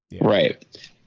right